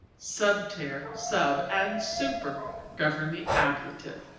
subter, sub and super govern the ablative.